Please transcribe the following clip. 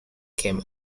came